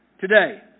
Today